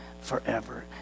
forever